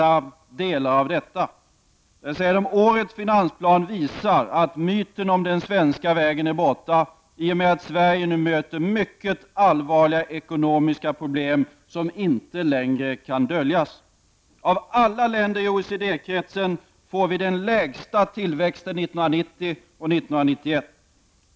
Jag vill citera en del av det som skrivs där: ”Årets Finansplan visar att myten om den svenska vägen är borta i och med att Sverige nu möter mycket allvarliga ekonomiska problem som inte kan döljas längre. Av alla länder i OECD-kretsen får vi den lägsta tillväxten 1990 och 1991 ———-.